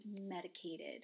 medicated